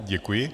Děkuji.